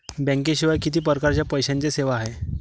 बँकेशिवाय किती परकारच्या पैशांच्या सेवा हाय?